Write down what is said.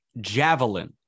Javelin